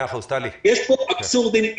יש פה אבסורדים.